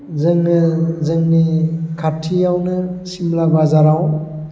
जोंनो जोंनि खाथियावनो सिमला बाजाराव